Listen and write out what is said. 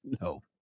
No